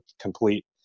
complete